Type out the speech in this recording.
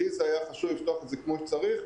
לי היה חשוב לפתוח את זה כמו שצריך,